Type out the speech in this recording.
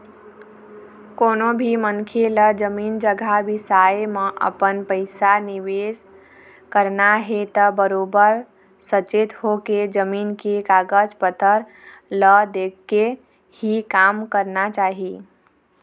कोनो भी मनखे ल जमीन जघा बिसाए म अपन पइसा निवेस करना हे त बरोबर सचेत होके, जमीन के कागज पतर ल देखके ही काम करना चाही